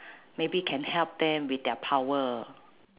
maybe can help them with their power